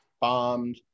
bombed